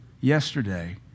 yesterday